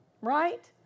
right